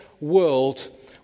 world